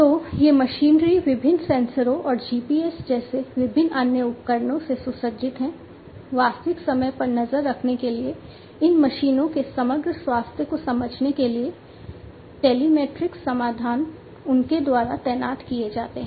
तो ये मशीनरी विभिन्न सेंसरों और GPS जैसे विभिन्न अन्य उपकरणों से सुसज्जित हैं वास्तविक समय पर नज़र रखने के लिए इन मशीनों के समग्र स्वास्थ्य को समझने के लिए टेलीमैटिक्स समाधान उनके द्वारा तैनात किए जाते हैं